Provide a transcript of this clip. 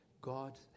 God